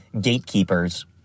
gatekeepers